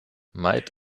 might